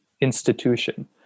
institution